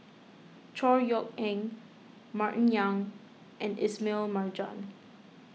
Chor Yeok Eng Martin Yan and Ismail Marjan